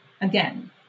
Again